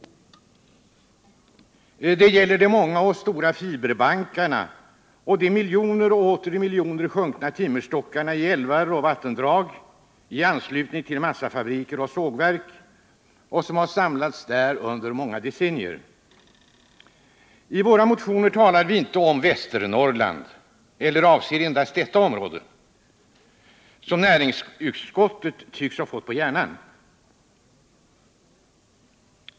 Jag tänker på de många och stora fiberbankarna och de miljoner och åter miljoner sjunkna timmerstockarna i älvar och vattendrag, timmerstockar som under många decennier har samlats i anslutning till massafabriker och sågverk. I våra motioner talar vi inte om Västernorrland och avser inte heller endast detta område, som näringsutskottet tycks ha fått på hjärnan.